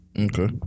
Okay